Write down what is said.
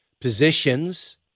positions